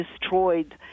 destroyed